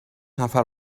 نفر